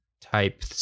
type